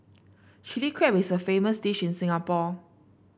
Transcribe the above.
Chilli Crab is a famous dish in Singapore